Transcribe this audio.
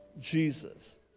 Jesus